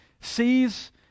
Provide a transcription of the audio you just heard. sees